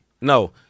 No